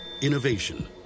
Innovation